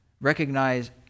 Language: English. recognize